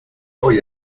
voy